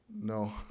no